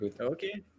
okay